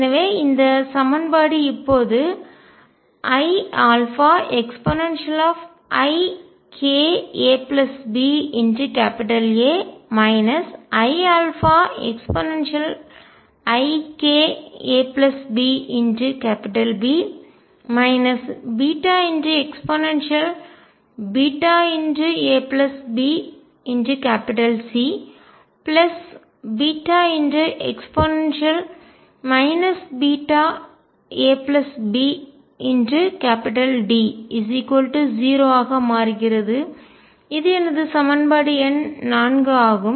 எனவே இந்த சமன்பாடு இப்போது iαeikabA iαeikabB eabCe βabD0 ஆக மாறுகிறது இது எனது சமன்பாடு எண் 4 ஆகும்